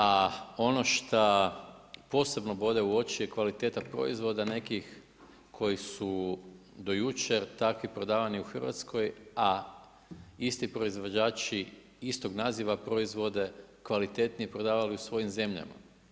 A ono što posebno bode u oči je kvaliteta proizvoda, nekih koji su do jučer, takvi prodavani u Hrvatskoj, a isti proizvođači, istog naziva proizvode kvalitetnije, prodavali u svojim zemljama.